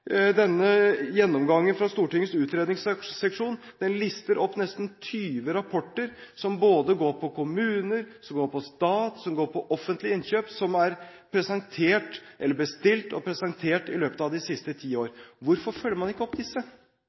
Gjennomgangen fra Stortingets utredningsseksjon lister opp nesten 20 rapporter som går på kommuner, som går på stat, som går på offentlige innkjøp, som er bestilt og presentert i løpet av de siste ti år. Hvorfor følger man ikke opp disse?